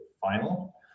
final